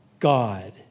God